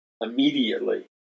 Immediately